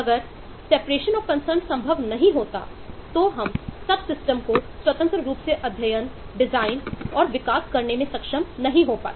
अगर separation of concern का स्वतंत्र रूप से अध्ययन डिजाइन और विकास करने में सक्षम नहीं हो पाते